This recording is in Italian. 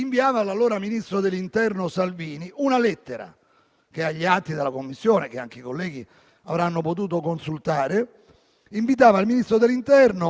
Il giorno successivo, il 15 agosto, l'allora ministro dell'interno Salvini rispondeva con una lettera, dicendo che, avendo la nave bandiera spagnola,